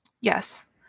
Yes